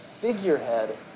figurehead